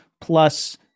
plus